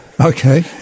Okay